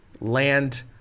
land